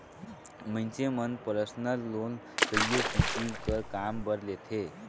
मइनसे मन personal loan कइयो किसिम कर काम बर लेथें